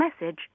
message